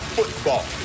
Football